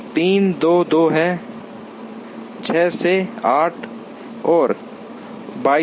३ २२ है ६ से ४ है २२ है